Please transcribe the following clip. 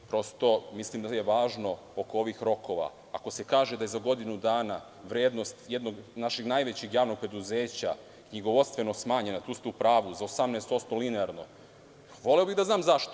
Prosto, mislim da je važno oko ovih rokova ako se kaže da je za godinu dana vrednost jednog našeg najvećeg javnog preduzeća knjigovodstveno smanjena, tu ste u pravu za 18% linearno, voleo bih da znam zašto?